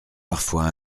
parfois